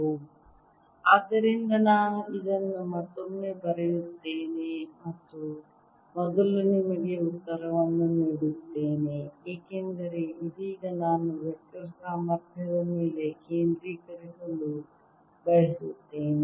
d sR2sinθd θdϕ ಆದ್ದರಿಂದ ನಾನು ಇದನ್ನು ಮತ್ತೊಮ್ಮೆ ಬರೆಯುತ್ತೇನೆ ಮತ್ತು ಮೊದಲು ನಿಮಗೆ ಉತ್ತರವನ್ನು ನೀಡುತ್ತೇನೆ ಏಕೆಂದರೆ ಇದೀಗ ನಾನು ವೆಕ್ಟರ್ ಸಾಮರ್ಥ್ಯದ ಮೇಲೆ ಕೇಂದ್ರೀಕರಿಸಲು ಬಯಸುತ್ತೇನೆ